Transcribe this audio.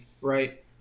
right